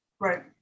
Right